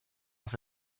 auf